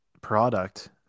product